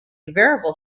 variable